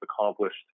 accomplished